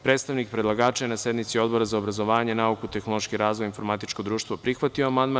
Predstavnik predlagača je na sednici Odbora za obrazovanje, nauku, tehnološki razvoj i informatičko društvo prihvatio amandman.